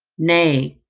nay,